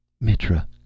Mitra